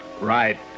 Right